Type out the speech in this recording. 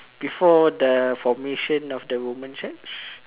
before the formation of the Roman church